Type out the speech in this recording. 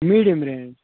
medium range